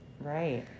Right